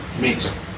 mixed